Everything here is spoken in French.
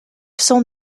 cent